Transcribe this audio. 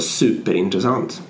superintressant